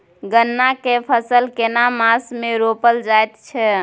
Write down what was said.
गन्ना के फसल केना मास मे रोपल जायत छै?